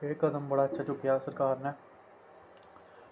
ते एह् कदम बड़ा अच्छा चुक्के दा सरकार नै